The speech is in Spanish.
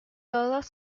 todos